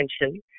attention